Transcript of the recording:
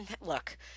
look –